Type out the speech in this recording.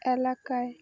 এলাকায়